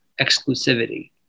exclusivity